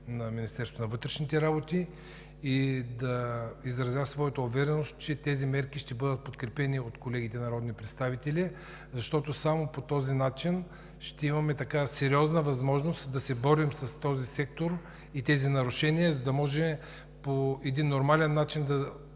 на Министерството на вътрешните работи. Изразявам увереност, че тези мерки ще бъдат подкрепени от колегите народни представители, защото само по този начин ще имаме сериозна възможност да се борим с този сектор и тези нарушения, за да може по нормален начин да